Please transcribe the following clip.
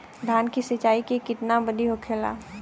धान की सिंचाई की कितना बिदी होखेला?